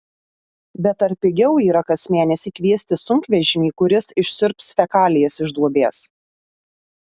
bet ar pigiau yra kas mėnesį kviestis sunkvežimį kuris išsiurbs fekalijas iš duobės